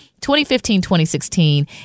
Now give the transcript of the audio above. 2015-2016